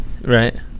Right